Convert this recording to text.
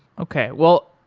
okay. well,